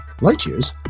light-years